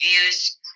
views